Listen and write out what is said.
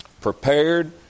prepared